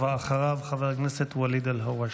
אחריו, חבר הכנסת ואליד אלהואשלה.